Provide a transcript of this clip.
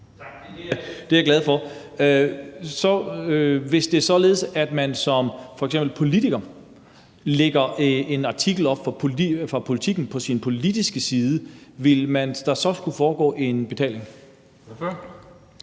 Tak. Det er jeg glad for. Hvis det er således, at man f.eks. som politiker lægger en artikel fra Politiken på sin politiske side, ville der så skulle foregå en betaling? Kl.